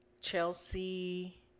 Chelsea